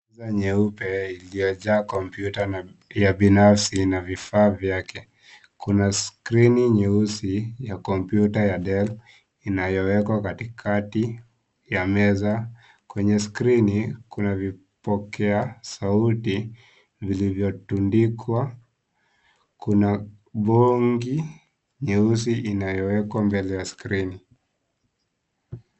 Meza nyeupe iliyojaa kompyuta na ya binafsi ina vifaa vyake. Kuna skrini nyeusi ya kompyuta ya Dell inayowekwa katikati ya meza. Kwenye skrini kuna vipokea sauti vilivyotundikwa. Kuna bongi nyeusi inayowekwa mbele ya skrini.